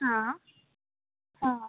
आं सांगां